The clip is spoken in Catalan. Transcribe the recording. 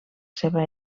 seva